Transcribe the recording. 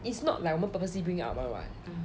it's not like 我们 purposely bring it up 的 [what]